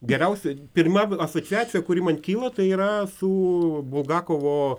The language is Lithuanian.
geriausia pirma asociacija kuri man kyla tai yra su bulgakovo